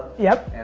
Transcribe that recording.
yep.